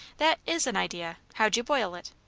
that is an idea. how'd you boil it?